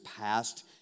past